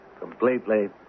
completely